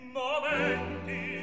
momenti